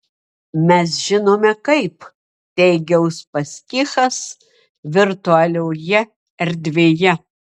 mes žinome kaip teigia uspaskichas virtualioje erdvėje